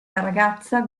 ragazza